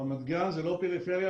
רמת גן לא פריפריה.